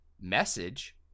Message